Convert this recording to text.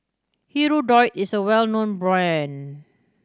Hirudoid is a well known brand